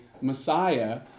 Messiah